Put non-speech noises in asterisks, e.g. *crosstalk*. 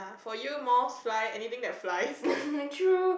*laughs* true